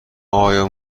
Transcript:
آیا